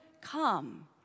come